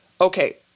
Okay